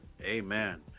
Amen